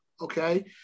okay